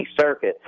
Circuit